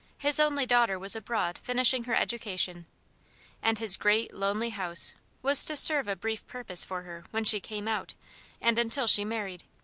his only daughter was abroad finishing her education and his great, lonely house was to serve a brief purpose for her when she came out and until she married.